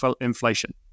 inflation